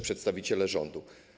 Przedstawiciele Rządu!